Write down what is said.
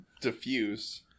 diffuse